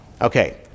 Okay